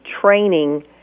training